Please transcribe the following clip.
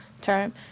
term